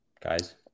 guys